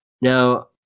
Now